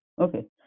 Okay